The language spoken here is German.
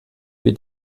wir